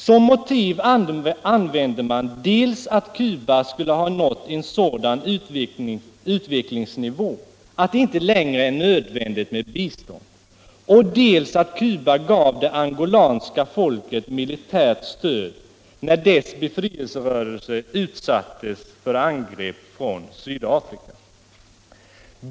Som motiv anförde man dels att Cuba skulle ha nått en sådan utvecklingsnivå att det inte längre är nödvändigt med bistånd, dels att Cuba gav det angolanska folket militärt stöd när dess befrielserörelse utsattes för angrepp från Sydafrika.